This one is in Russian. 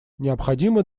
необходимо